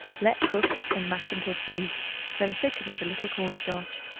let cook and mash until smooth then thicken with a little cornstarch.